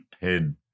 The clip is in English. head